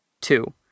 Two